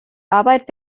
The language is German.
arbeit